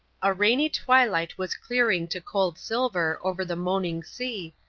a rainy twilight was clearing to cold silver over the moaning sea,